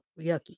yucky